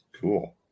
Cool